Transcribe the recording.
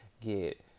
get